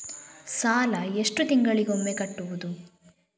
ಸಾಲ ಎಷ್ಟು ತಿಂಗಳಿಗೆ ಒಮ್ಮೆ ಕಟ್ಟುವುದು?